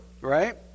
right